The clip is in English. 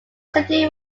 city